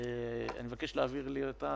אני מבקש להעביר לי אותה,